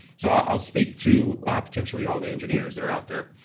so i'll speak to potentially all the engineers that are out there.